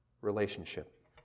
relationship